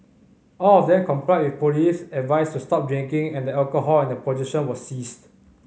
all of them complied with police advice to stop drinking and the alcohol in their possession was seized